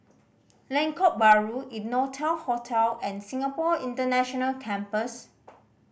Lengkok Bahru Innotel Hotel and Singapore International Campus